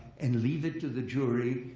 and leave that to the jury,